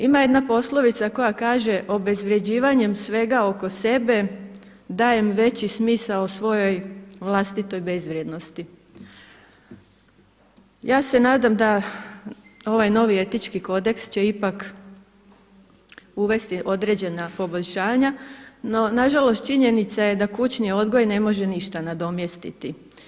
Ima jedna poslovica koja kaže „Obezvrjeđivanjem svega oko sebe dajem veći smisao svojoj vlastitoj bezvrijednosti.“ Ja se nadam da ovaj novi etički kodeks će ipak uvesti određena poboljšanja, no nažalost činjenica je da kućni odgoj ne može ništa nadomjestiti.